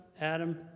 Adam